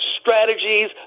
strategies